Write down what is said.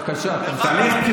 בבקשה, תמשיך.